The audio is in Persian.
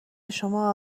شما